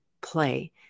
play